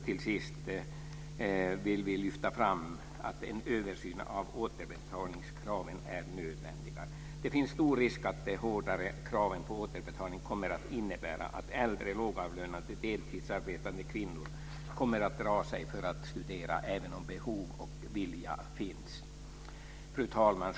Till sist vill vi lyfta fram att en översyn av återbetalningskraven är nödvändig. Det finns stor risk att de hårdare kraven på återbetalning kommer att innebära att äldre, lågavlönade och deltidsarbetande kvinnor kommer att dra sig för att studera även om behov och vilja finns. Fru talman!